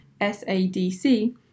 SADC